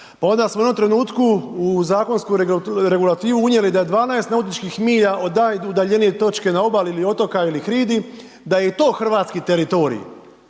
pa onda smo u jednom trenutku u zakonsku regulativu unijeli da je 12 nautičkih milja od najudaljenije točke na obali ili otoka ili hridi, da je i to hrvatski teritorij,